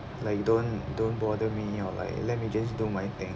like you don't don't bother me or like let me just do my thing